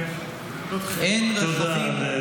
זאת חרפה, תודה לחבר הכנסת.